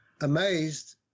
amazed